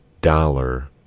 dollar